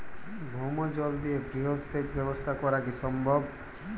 ভৌমজল দিয়ে বৃহৎ সেচ ব্যবস্থা করা কি সম্ভব?